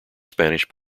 spanish